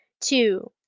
Two